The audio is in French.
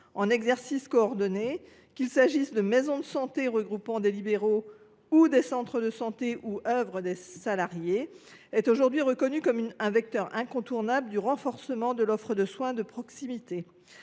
en exercice coordonné, qu’il s’agisse de maisons de santé regroupant des libéraux ou de centres de santé où œuvrent des salariés, est aujourd’hui reconnu comme un vecteur incontournable du renforcement de l’offre de soins de proximité.